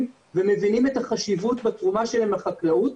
ומבינים את החשיבות בתרומה של החקלאות.